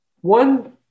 one